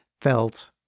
felt